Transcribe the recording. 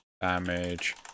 damage